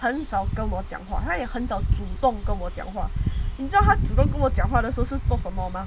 很少跟我讲话也很少主动跟我讲话你知道他只不过讲话的时候是做什么吗